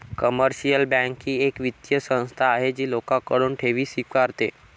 commercial bank ही एक वित्तीय संस्था आहे जी लोकांकडून ठेवी स्वीकारते